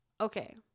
Okay